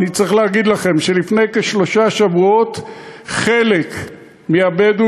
אני צריך להגיד לכם שלפני כשלושה שבועות חלק מהבדואים